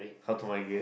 how to migrate